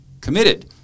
committed